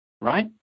right